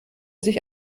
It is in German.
sich